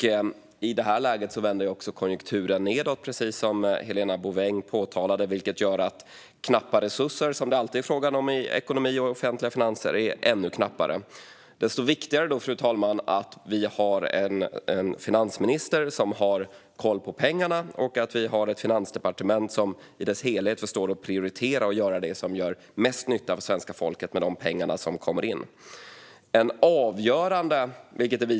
I det här läget vänder också konjunkturen nedåt, precis som Helena Bouveng påpekade. Det gör att knappa resurser, som det alltid är fråga om i ekonomi och offentliga finanser, är ännu knappare. Desto viktigare då, fru talman, att vi har en finansminister som har koll på pengarna och att vi har ett finansdepartement som i sin helhet förstår att prioritera och göra det som gör mest nytta för svenska folket med de pengar som kommer in.